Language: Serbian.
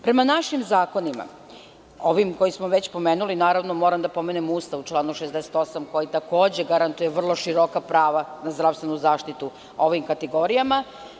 Prema našim zakonima, ovim koje smo pomenuli, moram da pomenem Ustav u članu 68. koji takođe garantuje vrlo široka prava na zdravstvenu zaštitu ovim kategorijama.